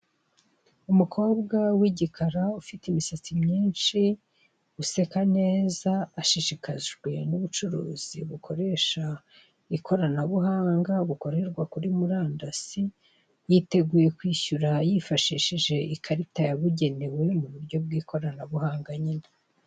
Umukobwa w'igikara ufite imisatsi myinshi useka neza, ashishikajwe n'ubucuruzi bukoresha ikoranabuhanga, bukorerwa kuri murandasi, yiteguye kwishyura yifashishije ikarita yabugenewe mu buryo bw'ikoranabuhanga nyine.